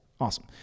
Awesome